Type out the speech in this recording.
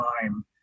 time